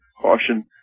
caution